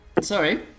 sorry